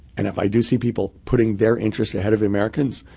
and if i do see people putting their interests ahead of americans,